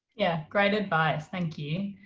yeah great advice. thank you.